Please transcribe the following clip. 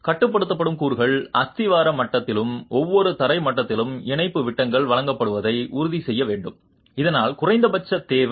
கட்டுப்படுத்தும் கூறுகள் அஸ்திவார மட்டத்திலும் ஒவ்வொரு தரை மட்டத்திலும் இணைப்பு விட்டங்கள் வழங்கப்படுவதை உறுதி செய்ய வேண்டும் இதனால் குறைந்தபட்ச தேவை